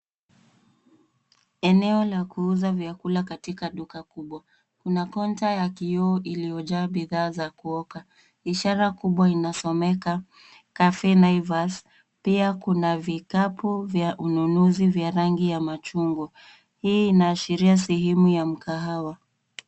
Eneo la kuuza vyakula katika duka kubwa. Kuna kaunta ya kioo iliyojaa bidhaa za kuoka. Ishara kubwa inasomeka Cafe Naivas. Pia kuna vikapu vya ununuzi vya rangi ya machungwa. Hii inaashiria sehemu ya mkahawa.